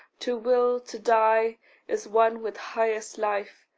to will to die is one with highest life,